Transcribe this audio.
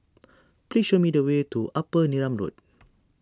please show me the way to Upper Neram Road